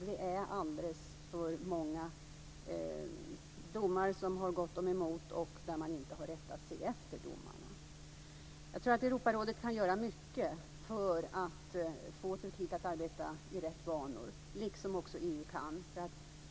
Man har i alltför många fall inte rättat sig efter domar som har gått Turkiet emot. Jag tror att Europarådet kan göra mycket för att få Turkiet att arbeta i rätta banor. Det kan också EU göra.